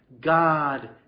God